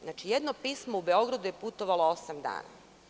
Znači, jedno pismo u Beogradu je putovalo osam dana.